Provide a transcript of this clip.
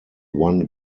one